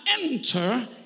enter